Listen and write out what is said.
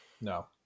No